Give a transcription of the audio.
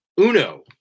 Uno